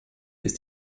ist